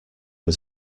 was